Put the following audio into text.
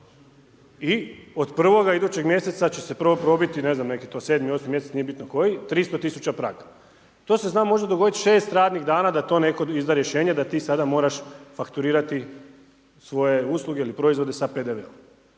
I od prvog idućeg mjeseca će se prvo probiti, ne znam nek je to 7., 8. mj. nije bitno koji, 300 tisuća prag. To se zna možda dogoditi 6 radnih dana, da to netko izda rješenje, da ti sada moraš fakturirati svoje usluge ili proizvode sa PDV-om.